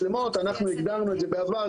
הגדרנו את זה בעבר,